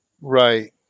Right